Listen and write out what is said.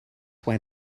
where